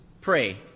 pray